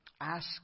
Ask